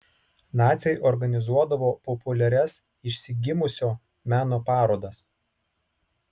naciai organizuodavo populiarias išsigimusio meno parodas